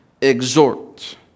exhort